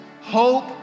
Hope